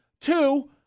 Two